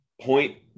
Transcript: Point